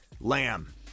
Lamb